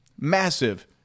massive